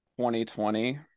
2020